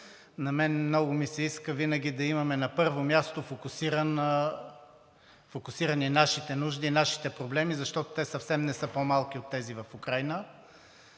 На мен много ми се иска винаги да имаме на първо място фокусирани нашите нужди и нашите проблеми, защото те съвсем не са по-малки от тези в Украйна.